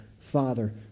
father